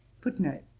Footnote